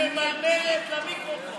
את ממלמלת למיקרופון.